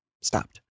stopped